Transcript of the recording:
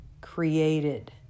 created